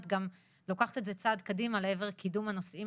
את גם לוקחת את זה צעד קדימה לעבר קידום הנושאים